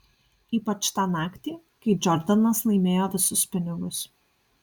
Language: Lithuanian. ypač tą naktį kai džordanas laimėjo visus pinigus